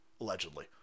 Allegedly